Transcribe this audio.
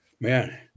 Man